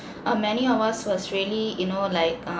uh many of us was really you know like uh